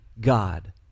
God